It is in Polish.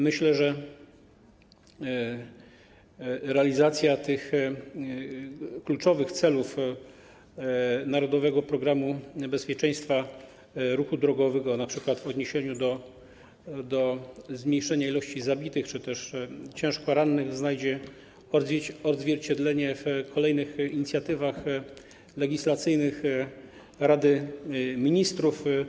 Myślę że realizacja kluczowych celów „Narodowego programu bezpieczeństwa ruchu drogowego”, np. w odniesieniu do zmniejszenia liczby zabitych czy też ciężko rannych, znajdzie odzwierciedlenie w kolejnych inicjatywach legislacyjnych Rady Ministrów.